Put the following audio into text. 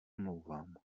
omlouvám